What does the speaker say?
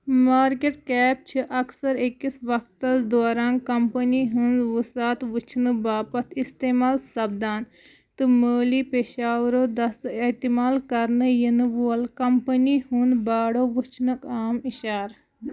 market cap چھِ اکثر أکِس وقتس دوران کمپٔنی ہٕنٛز وُساتہٕ وٕچھنہٕ باپتھ استعمال سَپدان تہٕ مٲلی پیشاورو دستہٕ اعتعمال کرنہٕ یِنہٕ وول کمپٔنی ہُنٛد باڑو وُچھنُک عام اِشارٕ